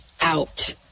out